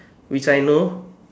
which I know